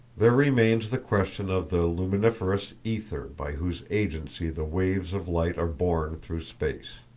there remains the question of the luminiferous ether by whose agency the waves of light are borne through space.